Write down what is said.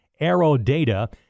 AeroData